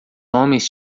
homens